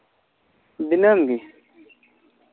ᱫᱤᱱᱟᱹᱢ ᱜᱮ